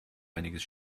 einiges